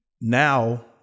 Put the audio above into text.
now